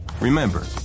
Remember